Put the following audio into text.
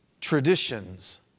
traditions